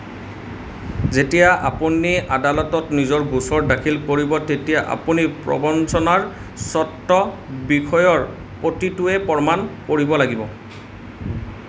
যেতিয়া আপুনি আদালতত নিজৰ গোচৰ দাখিল কৰিব তেতিয়া আপুনি প্ৰৱঞ্চনাৰ স্ৱত্ৱ বিষয়ৰ প্ৰতিটোকে প্ৰমাণ কৰিব লাগিব